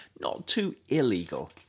not-too-illegal